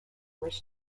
wish